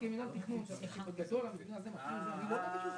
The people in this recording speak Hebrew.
צריך להחיל את זה גם על צווים שינתנו